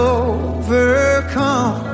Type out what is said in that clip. overcome